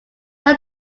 now